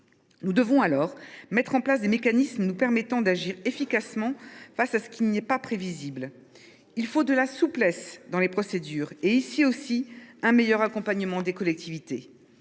Nous devons alors mettre en place des mécanismes nous permettant d’agir efficacement face à ce qui n’est pas prévisible. Il faut de la souplesse dans les procédures et, ici aussi, un meilleur accompagnement des collectivités.